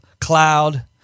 cloud